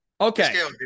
Okay